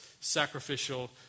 sacrificial